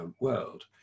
world